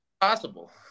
possible